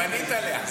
בנית עליה.